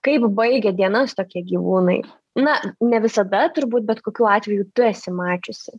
kaip baigia dienas tokie gyvūnai na ne visada turbūt bet kokių atvejų tu esi mačiusi